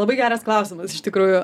labai geras klausimas iš tikrųjų